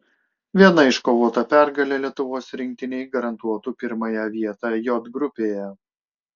viena iškovota pergalė lietuvos rinktinei garantuotų pirmąją vietą j grupėje